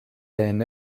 enne